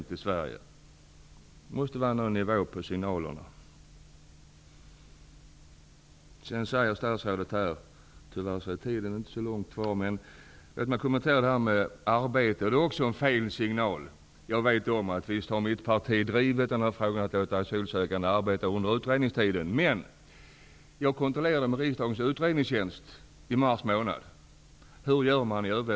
Det måste vara någon nivå på signalerna! Låt mig även kommentera det statsrådet säger om arbete. Det är också en felaktig signal. Jag vet att mitt parti har drivit frågan att man skall låta asylsökande arbeta under utredningstiden. Jag kontrollerade emellertid i mars med riksdagens utredningstjänst om hur man gör i Europa i övrigt.